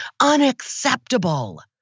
unacceptable